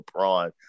LeBron